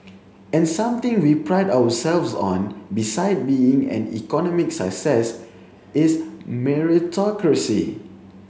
and something we pride ourselves on beside being an economic success is meritocracy